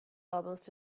almost